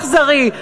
אכזרי,